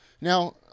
Now